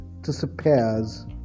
disappears